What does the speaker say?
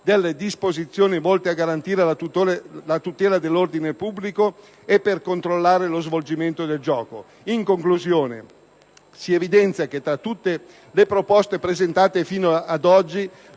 delle disposizioni volte a garantire la tutela dell'ordine pubblico e per controllare lo svolgimento del gioco stesso. In conclusione, tra tutte le proposte presentate fino ad oggi,